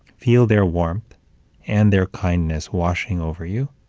feel their warmth and their kindness washing over you,